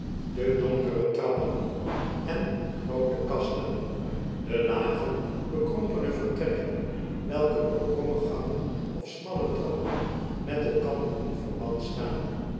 meester humphrey pen en groote kasten de lage bekrompene vertrekken welke door kromme gangen of smalle trappen met elkander in verband staan